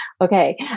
okay